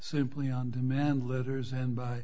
simply on demand litters and by